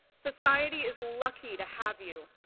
society is lucky to have you.